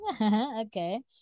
Okay